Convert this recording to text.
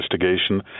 investigation